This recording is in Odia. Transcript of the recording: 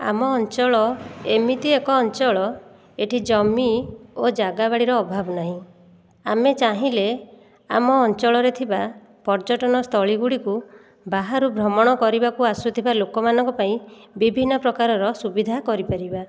ଆମ ଅଞ୍ଚଳ ଏମିତି ଏକ ଅଞ୍ଚଳ ଏଇଠି ଜମି ଓ ଜାଗା ବାଡ଼ିର ଅଭାବ ନାହିଁ ଆମେ ଚାହିଁଲେ ଆମ ଅଞ୍ଚଳରେ ଥିବା ପର୍ଯ୍ୟଟନସ୍ଥଳୀ ଗୁଡ଼ିକୁ ବାହାରୁ ଭ୍ରମଣ କରିବାକୁ ଆସୁଥିବା ଲୋକମାନଙ୍କ ପାଇଁ ବିଭିନ୍ନ ପ୍ରକାରର ସୁବିଧା କରିପାରିବା